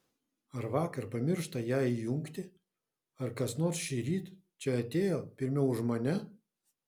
ar vakar pamiršta ją įjungti ar kas nors šįryt čia atėjo pirmiau už mane